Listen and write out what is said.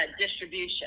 distribution